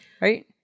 Right